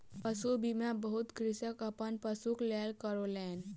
पशु बीमा बहुत कृषक अपन पशुक लेल करौलेन